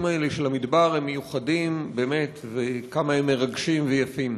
האלה של המדבר הם מיוחדים באמת וכמה הם מרגשים ויפים.